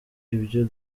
ibyo